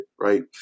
right